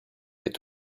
est